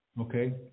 okay